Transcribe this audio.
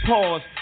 Pause